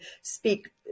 speak